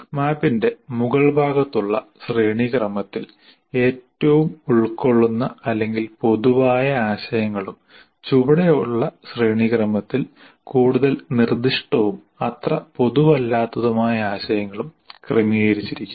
മാപ്പിന്റെ മുകൾഭാഗത്തുള്ള ശ്രേണിക്രമത്തിൽ ഏറ്റവും ഉൾക്കൊള്ളുന്ന അല്ലെങ്കിൽ പൊതുവായ ആശയങ്ങളും ചുവടെയുള്ള ശ്രേണിക്രമത്തിൽ കൂടുതൽ നിർദ്ദിഷ്ടവും അത്ര പൊതുവല്ലാത്തതുമായ ആശയങ്ങളും ക്രമീകരിച്ചിരിക്കുന്നു